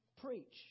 preach